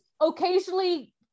occasionally